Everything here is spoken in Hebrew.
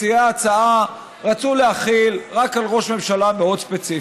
מציעי ההצעה רצו להחיל רק על ראש ממשלה מאוד ספציפי.